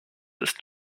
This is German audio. ist